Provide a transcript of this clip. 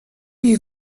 lui